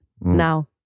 now